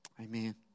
Amen